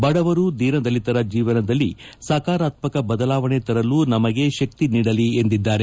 ಬಡವರು ದೀನದಲಿತರ ಜೀವನದಲ್ಲಿ ಸಕಾರಾತ್ಮಕ ಬದಲಾವಣೆ ತರಲು ನಮಗೆ ಶಕ್ತಿ ನೀಡಲಿ ಎಂದಿದ್ದಾರೆ